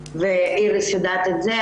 ואיריס יודעת את זה,